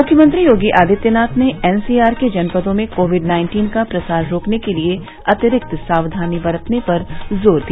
मुख्यमंत्री योगी आदित्यनाथ ने एनसीआर के जनपदों में कोविड नाइन्टीन का प्रसार रोकने के लिए अतिरिक्त सावधानी बरतने पर जोर दिया